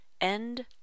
End